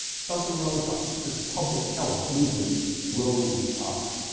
something rose up. this public health movement rose up.